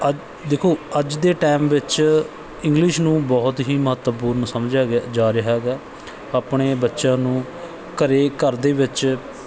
ਅੱਜ ਦੇਖੋ ਅੱਜ ਦੇ ਟੈਮ ਵਿੱਚ ਇੰਗਲਿਸ਼ ਨੂੰ ਬਹੁਤ ਹੀ ਮਹੱਤਵਪੂਰਨ ਸਮਝਿਆ ਗਿਆ ਜਾ ਰਿਹਾ ਗਾ ਆਪਣੇ ਬੱਚਿਆਂ ਨੂੰ ਘਰ ਘਰ ਦੇ ਵਿੱਚ